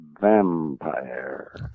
Vampire